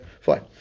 Fine